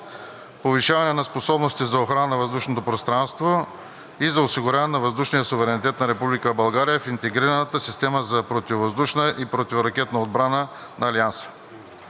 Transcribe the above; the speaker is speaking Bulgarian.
повишаване на способностите за охрана на въздушното пространство и за осигуряване на въздушния суверенитет на Република България в Интегрираната система за противовъздушна и противоракетна отбрана на НАТО